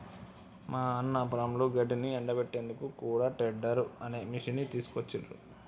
మా అన్న పొలంలో గడ్డిని ఎండపెట్టేందుకు కూడా టెడ్డర్ అనే మిషిని తీసుకొచ్చిండ్రు